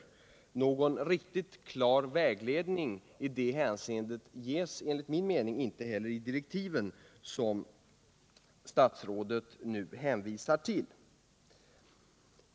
Någon riktig vägledning i det hänseendet ges enligt min mening inte heller i direktiven, som statsrådet nu hänvisar till.